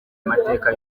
amateka